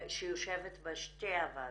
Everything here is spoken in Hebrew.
שיושבת בשתי הוועדות,